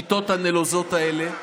לשיטות הנלוזות האלה,